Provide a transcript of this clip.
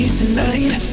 tonight